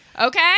Okay